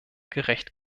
gerecht